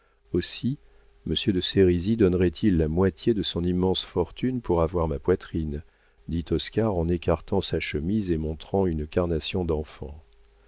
aussi monsieur de sérisy donnerait-il la moitié de son immense fortune pour avoir ma poitrine dit oscar en écartant sa chemise et montrant une carnation d'enfant